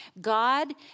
God